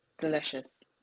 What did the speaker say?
Delicious